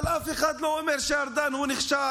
אבל אף אחד לא אומר שארדן נכשל.